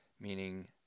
meaning